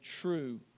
true